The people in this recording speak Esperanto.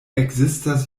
ekzistas